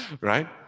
right